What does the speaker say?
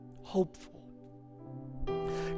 hopeful